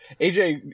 AJ